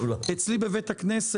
לא, לא מתעניינים.